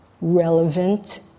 relevant